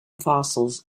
fossils